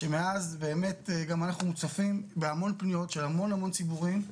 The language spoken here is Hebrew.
שמאז גם אנחנו מוצפים בהמון פניות של המון ציבורים,